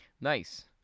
nice